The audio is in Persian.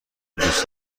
دوست